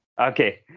Okay